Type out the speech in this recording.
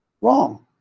wrong